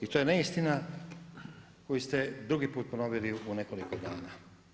I to je neistina koju ste drugi put ponovili u nekoliko dana.